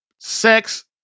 sex